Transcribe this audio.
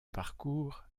parcours